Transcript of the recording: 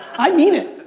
i mean it!